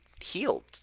healed